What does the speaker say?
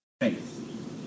faith